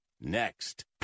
next